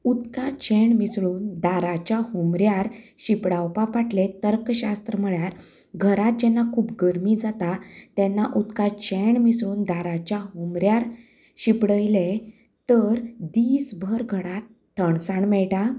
उदकांत शेंण मिसळून दाराच्या हुमऱ्यार शिंपडावपा फाटले तर्क शास्त्र म्हळ्यार घरांत जेन्ना खूब गर्मी जाता तेन्ना उदकांत शेंण मिसळून दाराच्या हुमऱ्यार शिंपडयलें तर दिसभर घरांत थंडसाण मेळटा